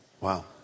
Wow